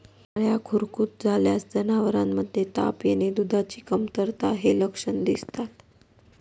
लाळ्या खुरकूत झाल्यास जनावरांमध्ये ताप येणे, दुधाची कमतरता हे लक्षण दिसतात